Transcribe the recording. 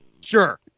Sure